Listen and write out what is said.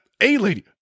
A-Lady